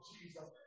Jesus